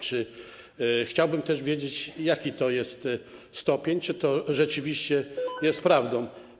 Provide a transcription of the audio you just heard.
Chciałbym też wiedzieć, jaki to jest stopień, czy to rzeczywiście jest prawdą.